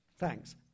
Thanks